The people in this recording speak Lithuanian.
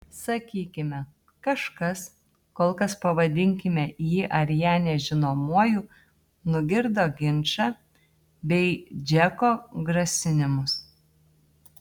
sakykime kažkas kol kas pavadinkime jį ar ją nežinomuoju nugirdo ginčą bei džeko grasinimus